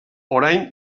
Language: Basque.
orain